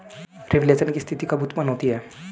Reflation की स्थिति कब उत्पन्न होती है?